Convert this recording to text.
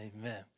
Amen